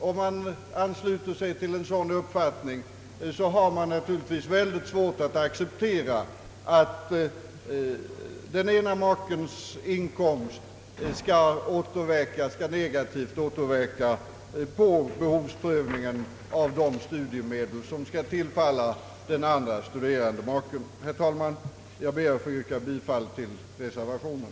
Om man ansluter sig till en sådan uppfattning, har man naturligtvis svårt att acceptera att den ena makens inkomst skall negativt återverka på behovsprövningen av de studiemedel som skall tillfalla den andre studerande maken. Herr talman! Jag ber att få yrka bifall till reservationen.